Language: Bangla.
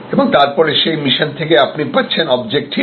এবং তারপরে সেই মিশন থেকে আপনি পাচ্ছেন অবজেক্টিভ